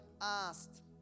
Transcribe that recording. asked